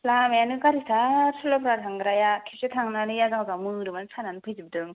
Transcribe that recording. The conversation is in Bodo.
लामायानो गाज्रि थार सरलपारा थांग्राया खेबसे थांनानै आजां आजां मोदोमफ्रानो सानानै फैजोबदों